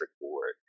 board